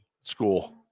school